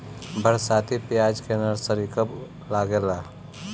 बरसाती प्याज के नर्सरी कब लागेला?